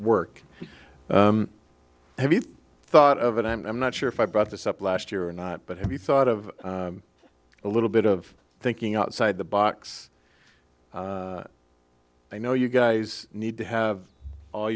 work have you thought of and i'm not sure if i brought this up last year or not but have you thought of a little bit of thinking outside the box i know you guys need to have all